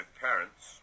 parents